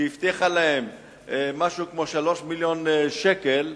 שהבטיחה להם משהו כמו 3 מיליוני שקלים,